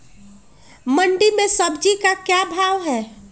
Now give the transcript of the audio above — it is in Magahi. मंडी में सब्जी का क्या भाव हैँ?